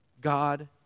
God